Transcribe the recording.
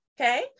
okay